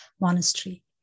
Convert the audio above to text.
monastery